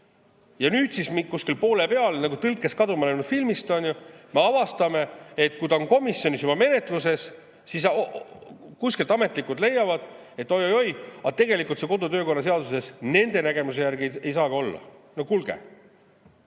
Ja nüüd siis kuskil poole peal, nagu "Tõlkes kaduma läinud" filmis, me avastame, et kui ta on komisjonis juba menetluses, siis ametnikud leiavad, et oi-oi-oi, aga tegelikult see kodu‑ ja töökorra seaduses nende nägemuse järgi ei saagi olla. No kuulge,